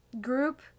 group